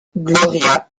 gloria